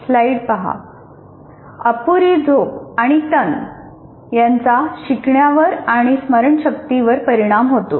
अपुरी झोप आणि तान यांचा शिकण्यावर आणि स्मरणशक्तीवर परिणाम होतो